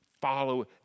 follow